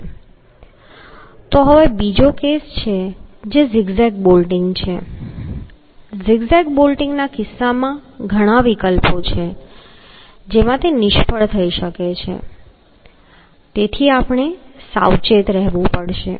તો હવે બીજો કેસ જે ઝિગ ઝેગ બોલ્ટિંગ છે ઝિગ ઝેગ બોલ્ટિંગના કિસ્સામાં ઘણા વિકલ્પો છે જેમાં તે નિષ્ફળ થઈ શકે છે તેથી આપણે સાવચેત રહેવું પડશે